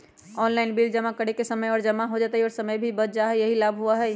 Online bill जमा करे से समय पर जमा हो जतई और समय भी बच जाहई यही लाभ होहई?